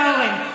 תודה רבה, אורן.